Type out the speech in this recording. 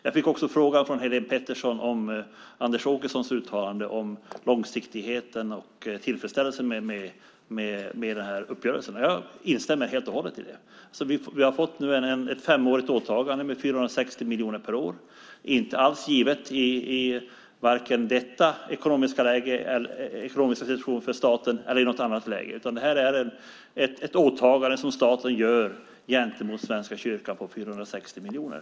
Jag fick också en fråga från Helene Petersson om Anders Åkessons uttalande om långsiktigheten och tillfredsställelsen med uppgörelsen. Jag instämmer helt och hållet. Vi har fått ett femårigt åtagande med 460 miljoner per år. Det är inte alls givet vare sig i denna ekonomiska situation för staten eller i något annat läge. Det här är ett åtagande som staten gör gentemot Svenska kyrkan på 460 miljoner.